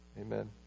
amen